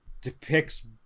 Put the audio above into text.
depicts